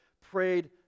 prayed